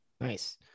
Nice